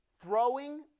Throwing